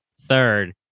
third